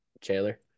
Chandler